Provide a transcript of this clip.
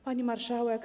Pani Marszałek!